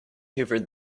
hoovered